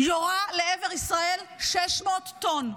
יורה לעבר ישראל 600 טון,